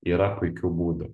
yra puikių būdų